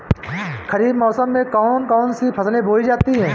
खरीफ मौसम में कौन कौन सी फसलें बोई जाती हैं?